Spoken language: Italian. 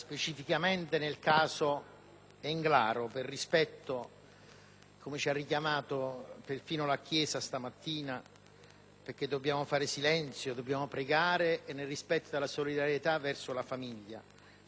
quale ci ha richiamato stamattina perfino la Chiesa, perché dobbiamo far silenzio e dobbiamo pregare, nel rispetto e nella solidarietà verso la famiglia. Cercherò di affrontare invece i problemi di ordine generale che questo caso